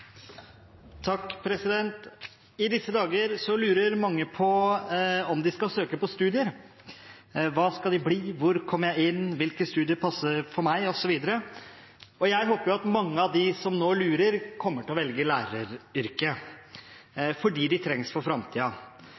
I disse dager lurer mange på om de skal søke på studier: Hva skal jeg bli? Hvor kommer jeg inn? Hvilke studier passer for meg, osv.? Jeg håper at mange av dem som nå lurer, kommer til å velge læreryrket, fordi de trengs